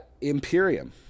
Imperium